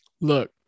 Look